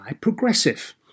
Progressive